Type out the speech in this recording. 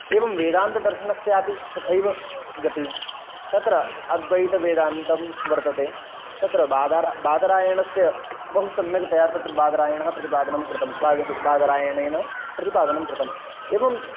एवं वेदान्तदर्शनस्यापि तथैव गतिः तत्र अद्वैतवेदान्तं वर्तते तत्र बादरा बादरायणस्य बहुसम्यक्तया तत्र बादरायणः प्रतिपादनं कृतं बादरायणेन प्रतिपादनं कृतम् एवम्